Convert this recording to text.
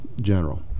General